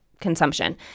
consumption